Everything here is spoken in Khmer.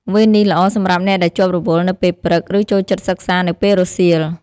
វេននេះល្អសម្រាប់អ្នកដែលជាប់រវល់នៅពេលព្រឹក ឬចូលចិត្តសិក្សានៅពេលរសៀល។